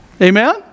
amen